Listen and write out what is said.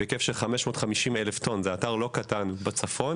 בהיקף 55 אלף טון, זה אתר לא קטן בצפון.